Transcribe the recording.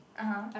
(uh huh)